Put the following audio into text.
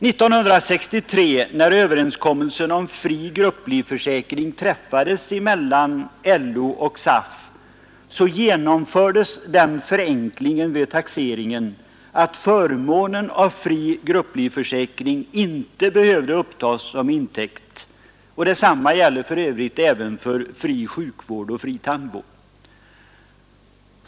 1963, när överenskommelsen om fri grupplivförsäkring träffades mellan LO och SAF, genomfördes den förenklingen vid taxeringen att förmånen av fri grupplivförsäkring inte behövde uppges som intäkt. Detsamma gäller för övrigt även fri sjukvård och fri tandvård.